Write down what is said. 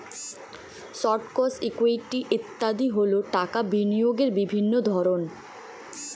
stocks, equity ইত্যাদি হল টাকা বিনিয়োগের বিভিন্ন ধরন